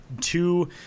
two –